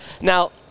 Now